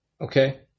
Okay